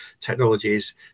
technologies